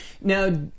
now